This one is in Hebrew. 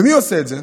ומי עושה את זה?